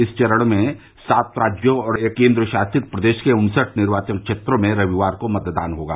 इस चरण में सात राज्यों और एक केन्द्र शासित प्रदेश के उन्सठ निर्वाचन क्षेत्रों में रविवार को मतदान होगा